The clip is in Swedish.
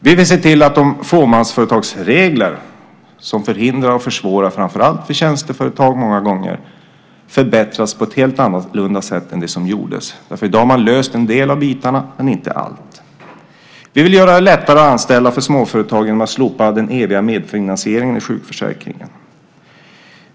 Vi vill se till att de fåmansföretagsregler som många gånger förhindrar och försvårar framför allt för tjänsteföretag förbättras på ett helt annorlunda sätt än som gjordes - i dag har man löst en del av bitarna men inte allt. Vi vill göra det lättare för småföretag att anställa genom att slopa den eviga medfinansieringen i sjukförsäkringen.